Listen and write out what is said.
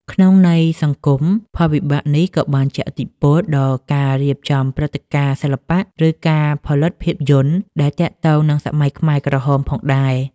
ក្នុងន័យសង្គម ផលវិបាកនេះក៏បានជះឥទ្ធិពលដល់ការរៀបចំព្រឹត្តិការណ៍សិល្បៈ ឬការផលិតភាពយន្តដែលទាក់ទងនឹងសម័យខ្មែរក្រហមផងដែរ។